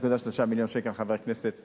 חבר הכנסת זאב,